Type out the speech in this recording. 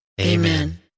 Amen